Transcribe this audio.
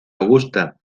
augusta